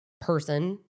person